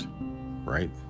right